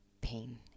pain